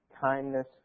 kindness